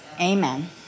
Amen